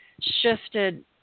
shifted